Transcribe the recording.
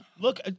Look